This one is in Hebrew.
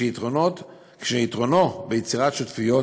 ויתרונו ביצירת שותפויות.